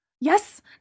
Yes